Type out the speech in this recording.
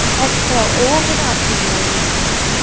exhale. open up to warrior two.